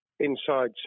inside